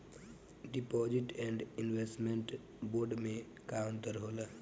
Deposit and investment bond मे का अंतर होला?